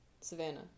Savannah